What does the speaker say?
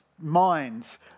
minds